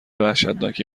وحشتناکی